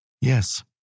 Yes